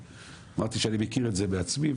אמרתי שאני מכיר את זה מעצמי,